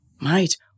Mate